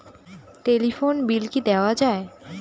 Telephone bill কি দেওয়া যায়?